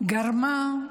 צריך ללמוד את הכללים.